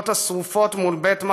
המכוניות השרופות מול בית מחסיר,